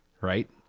right